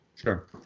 Sure